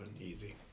easy